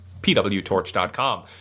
PWTorch.com